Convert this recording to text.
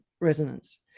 resonance